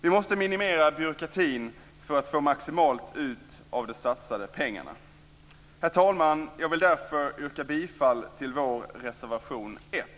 Vi måste minimera byråkratin för att få ut maximalt av de satsade pengarna. Herr talman! Jag vill därför yrka bifall till vår reservation 1.